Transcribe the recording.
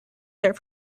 there